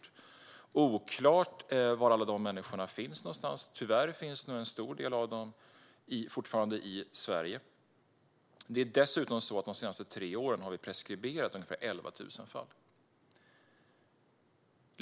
Det är oklart var alla dessa människor finns, men tyvärr finns nog en stor del av dem fortfarande i Sverige. Det är dessutom så att vi de senaste tre åren har preskriberat ungefär 11 000 fall.